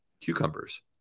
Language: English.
cucumbers